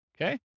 Okay